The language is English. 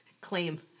claim